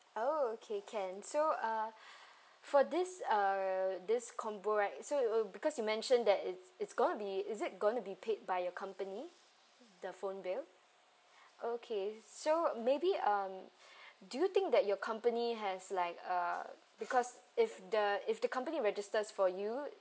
oh okay can so uh for this uh this combo right so it'll because you mentioned that it's it's going to be is it going to be paid by your company the phone bill okay so maybe um do you think that your company has like uh because if the if the company registers for you